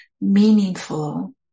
meaningful